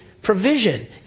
provision